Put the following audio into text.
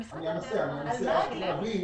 צריך להבין